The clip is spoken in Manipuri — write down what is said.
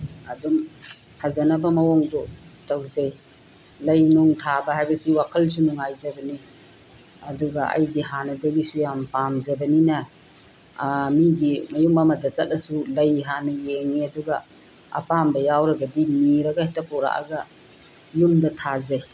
ꯑꯗꯨꯝ ꯐꯖꯅꯕ ꯃꯑꯣꯡꯗꯨ ꯇꯧꯖꯩ ꯂꯩ ꯅꯨꯡ ꯊꯥꯕ ꯍꯥꯏꯕꯁꯤ ꯋꯥꯈꯜꯁꯨ ꯅꯨꯡꯉꯥꯏꯖꯕꯅꯤ ꯑꯗꯨꯒ ꯑꯩꯗꯤ ꯍꯥꯟꯅꯗꯒꯤꯁꯨ ꯌꯥꯝꯅ ꯄꯥꯝꯖꯕꯅꯤꯅ ꯃꯤꯒꯤ ꯃꯌꯨꯝ ꯑꯃꯗ ꯆꯠꯂꯁꯨ ꯂꯩ ꯍꯥꯟꯅ ꯌꯦꯡꯏ ꯑꯗꯨꯒ ꯑꯄꯥꯝꯕ ꯌꯥꯎꯔꯒꯗꯤ ꯅꯤꯔꯒ ꯍꯦꯛꯇ ꯄꯨꯔꯛꯑꯒ ꯌꯨꯝꯗ ꯊꯥꯖꯩ